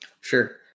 Sure